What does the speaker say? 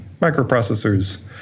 microprocessors